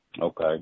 Okay